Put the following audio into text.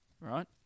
right